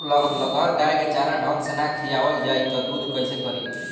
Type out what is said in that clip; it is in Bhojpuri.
लगहर गाय के चारा ढंग से ना खियावल जाई त दूध कईसे करी